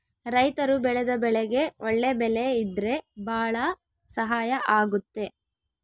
ರೈತರು ಬೆಳೆದ ಬೆಳೆಗೆ ಒಳ್ಳೆ ಬೆಲೆ ಇದ್ರೆ ಭಾಳ ಸಹಾಯ ಆಗುತ್ತೆ